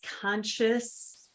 conscious